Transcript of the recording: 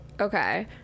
Okay